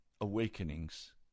awakenings